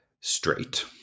straight